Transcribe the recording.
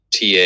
TA